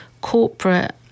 corporate